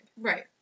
Right